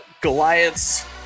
Goliath's